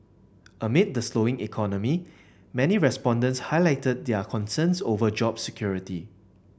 amid the slowing economy many respondents highlighted their concerns over job security